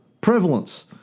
prevalence